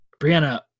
Brianna